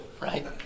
right